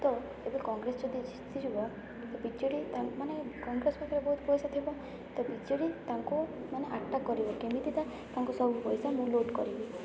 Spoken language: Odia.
ତ ଏବେ କଂଗ୍ରେସ ଯଦି ଜିତି ଯିବ ବିଜେଡ଼ି ମାନେ କଂଗ୍ରେସ ପାଖରେ ବହୁତ ପଇସା ଥିବ ତ ବିଜେଡ଼ି ତାଙ୍କୁ ମାନେ ଆଟାକ୍ କରିବ କେମିତିି ତାଙ୍କ ସବୁ ପଇସା ମୁଁ ଲୁଟ୍ କରିବି